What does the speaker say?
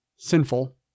Sinful